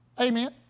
Amen